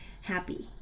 happy